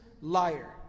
liar